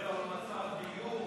לא, אני מדבר על מצב הדיור.